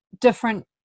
different